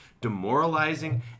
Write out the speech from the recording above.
demoralizing